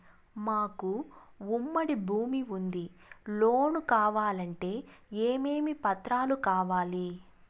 మాకు ఉమ్మడి భూమి ఉంది లోను కావాలంటే ఏమేమి పత్రాలు కావాలి?